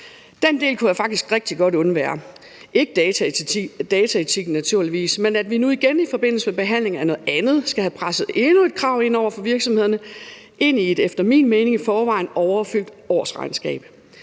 Den del kunne jeg faktisk rigtig godt undvære – naturligvis ikke dataetikken, men at vi nu igen i forbindelse med behandlingen af noget andet skal have presset endnu et krav ind over for virksomhederne ind i et efter min